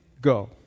go